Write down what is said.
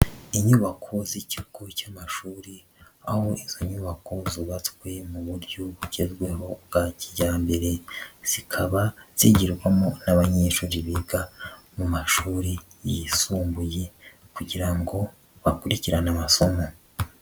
Inyubako z'ikigo cy'amashuri, aho izo nyubako zubatswe mu buryo bugezwemo bwa kijyambere, zikaba zigirwamo n'abanyeshuri biga mu mashuri yisumbuye kugira ngo bakurikirane amasomo.